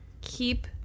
keep